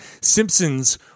Simpsons